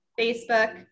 Facebook